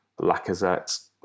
Lacazette